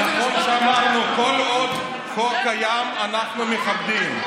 נכון שאמרנו שכל עוד החוק קיים, אנחנו מכבדים.